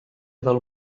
del